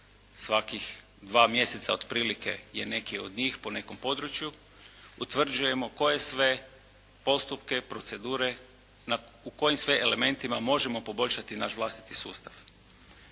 svakih dva mjeseca otprilike je neki od njih po nekom području, utvrđujemo koje sve postupke, procedure u kojim sve elementima možemo poboljšati naš vlastiti sustav.